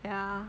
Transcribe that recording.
ya